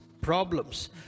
problems